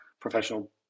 professional